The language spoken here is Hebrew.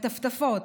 הטפטפות,